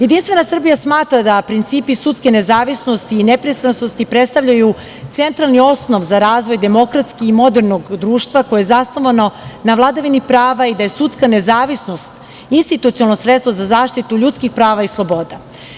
Jedinstvena Srbija smatra da principi sudske nezavisnosti i nepristrasnosti predstavljaju centralni osnov za razvoj demokratskog i modernog društva koje je zasnovano na vladavini prava i da je sudska nezavisnost institucionalno sredstvo za zaštitu ljudskih prava i sloboda.